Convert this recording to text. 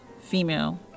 female